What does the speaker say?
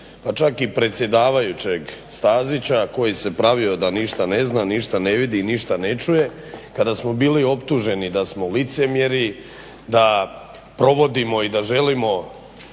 pa čak i predsjedavajućeg Stazića koji se pravio da ništa ne zna, da ništa ne vidi, ništa ne čuje, kada smo bili optuženi da smo licemjeri, da provodimo i da želimo